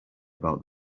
about